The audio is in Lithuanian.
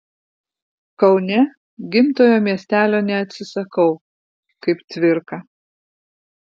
kaune gimtojo miestelio neatsisakau kaip cvirka